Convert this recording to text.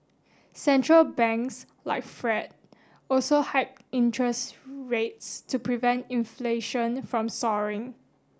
central banks like the Fed also hiked interest rates to prevent inflation from soaring